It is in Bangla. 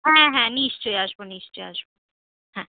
হ্যাঁ হ্যাঁ নিশ্চয়ই আসব নিশ্চয়ই আসব হ্যাঁ